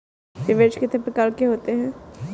निवेश कितने प्रकार के होते हैं?